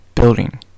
Building